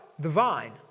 Divine